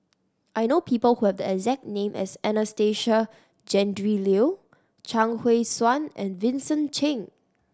I know people who have the exact name as Anastasia Tjendri Liew Chuang Hui Tsuan and Vincent Cheng